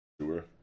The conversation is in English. Sure